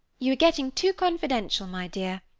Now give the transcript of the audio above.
you are getting too confidential, my dear.